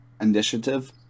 initiative